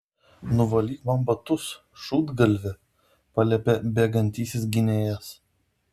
nuvalyk man batus šūdgalvi paliepė bėgantysis gynėjas